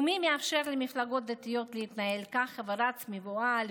ומי מאפשר למפלגות הדתיות להתנהל ככה ורץ מבוהל